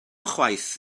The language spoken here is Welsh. chwaith